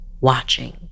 watching